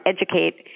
educate